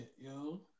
yo